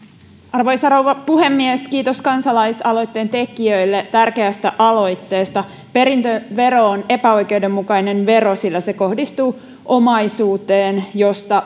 arvoisa rouva puhemies kiitos kansalaisaloitteen tekijöille tärkeästä aloitteesta perintövero on epäoikeudenmukainen vero sillä se kohdistuu omaisuuteen josta